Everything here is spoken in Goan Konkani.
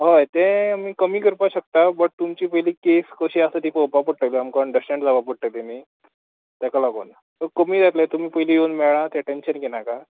हय तें आमी कमी करपा शकता बट तुमची पयली केस कशी आसा ती पळोवपा पडटली आमकां अंडश्टॅण जावा पडटली न्ही ताका लागून सो कमी जातले तुमी पयली येवन मेळा तें टँशन घे नाका